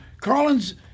Carlin's